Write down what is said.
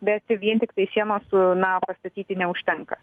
bet vien tiktai sienos na pastatyti neužtenka